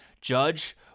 Judge